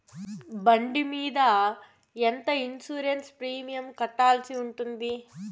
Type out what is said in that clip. బండి మీద ఎంత ఇన్సూరెన్సు ప్రీమియం కట్టాల్సి ఉంటుంది?